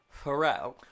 Pharrell